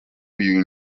uyu